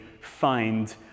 find